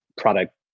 product